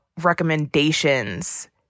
recommendations